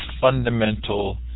fundamental